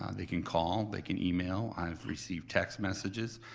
um they can call, they can email, i've received text messages.